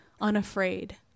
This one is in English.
unafraid